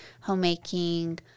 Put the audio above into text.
homemaking